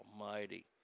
almighty